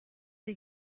die